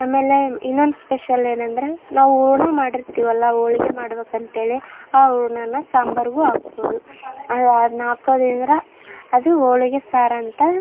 ಆಮೇಲೆ ಇನ್ನೊಂದು ಸ್ಪೆಷಲ್ ಏನಂದರೆ ನಾವು ಹೂರ್ಣ ಮಾಡಿರ್ತೀವಲ್ವ ಹೋಳ್ಗೆ ಮಾಡ್ಬೇಕಂತೇಳಿ ಆ ಹೂರ್ಣನ ಸಾಂಬಾರ್ಗೂ ಹಾಕ್ಬೋದು ಅದ್ನ ಹಾಕೋದ್ರಿಂದ ಅದು ಹೋಳ್ಗೆ ಸಾರಂತ